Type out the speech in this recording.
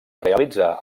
realitzar